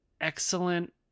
excellent